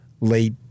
late